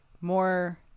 more